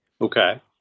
Okay